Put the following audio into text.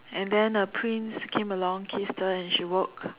and then a prince came along kissed her and she woke